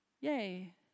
Yay